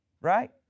right